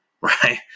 Right